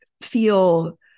feel